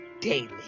daily